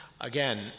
again